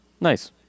Nice